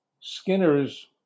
Skinner's